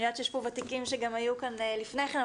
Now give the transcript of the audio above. אני יודעת שיש פה ותיקים שגם היו כאן לפני כן,